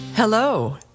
Hello